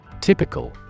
Typical